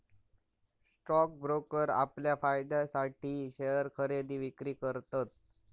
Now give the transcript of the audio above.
stock broker आपल्या फायद्यासाठी share खरेदी विक्री करतत